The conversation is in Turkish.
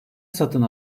satın